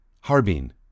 Harbin